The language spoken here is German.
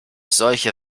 solche